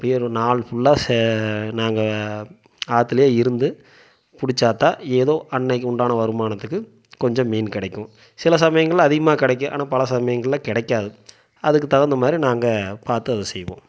அப்படியே ஒரு நாள் ஃபுல்லாக நாங்கள் ஆற்றுல இருந்து பிடிச்சாத்தான் எதோ அன்றைக்கு உண்டான வருமானத்துக்கு கொஞ்சம் மீன் கிடைக்கும் சில சமயங்களில் அதிகமாக கிடைக்கும் ஆனால் பல சமயங்களில் கிடைக்காது அதுக்கு தகுந்தமாதிரி நாங்கள் பார்த்து அதை செய்வோம்